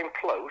close